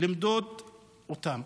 למדוד אותם.